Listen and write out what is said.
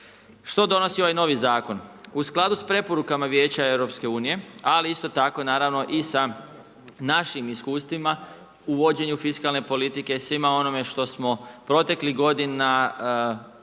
Što donosi ovaj novi zakon? U skladu sa preporukama Vijeća EU ali isto tako naravno i sa našim iskustvima uvođenju fiskalne politike, svime onome što smo proteklih godina